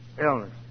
illness